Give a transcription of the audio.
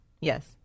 yes